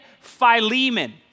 Philemon